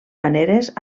maneres